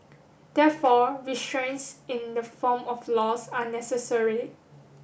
therefore restraints in the form of laws are necessary